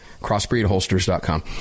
CrossbreedHolsters.com